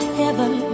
heaven